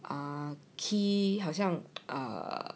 ah key 好像 err